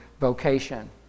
vocation